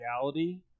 reality